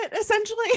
essentially